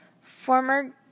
former